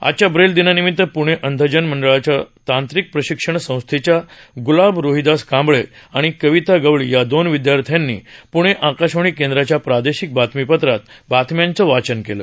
आजच्या ब्रेल दिनानिमीत प्णे अंधजन मंडळाच्या तांत्रिक प्रशिक्षण संस्थेच्या ग्लाब रोहिदास कांबळे आणि कविता गवळी या दोन विद्यार्थ्यांनी पुणे आकाशवाणी केंद्राच्या प्रादेशिक बातमीपत्रात बातम्यांचं वाचन केलं